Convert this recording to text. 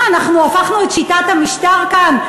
מה, אנחנו הפכנו את שיטת המשטר כאן?